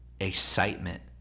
excitement